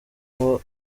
aho